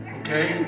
okay